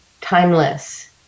timeless